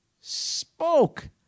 spoke